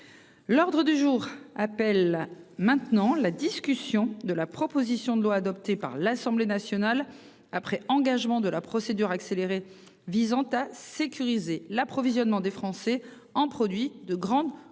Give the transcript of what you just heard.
L'ordre du jour appelle la discussion de la proposition de loi, adoptée par l'Assemblée nationale après engagement de la procédure accélérée, visant à sécuriser l'approvisionnement des Français en produits de grande consommation